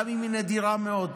גם אם היא נדירה מאוד.